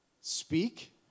speak